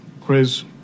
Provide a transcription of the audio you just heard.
Chris